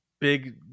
big